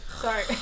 sorry